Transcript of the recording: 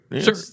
Sure